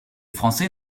français